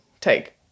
take